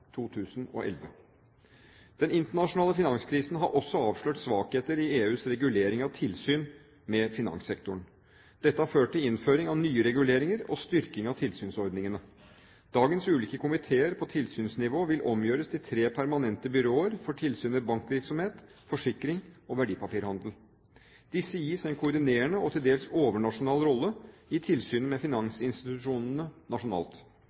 2011. Den internasjonale finanskrisen har også avslørt svakheter i EUs regulering av tilsyn med finanssektoren. Dette har ført til innføring av nye reguleringer og styrking av tilsynsordningene. Dagens ulike komiteer på tilsynsnivå vil omgjøres til tre permanente byråer for tilsyn med bankvirksomhet, forsikring og verdipapirhandel. Disse gis en koordinerende og til dels overnasjonal rolle i tilsynet med finansinstitusjonene nasjonalt.